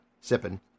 sipping